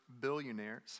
billionaires